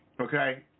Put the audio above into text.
Okay